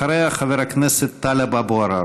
אחריה, חבר הכנסת טלב אבו עראר.